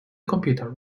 computer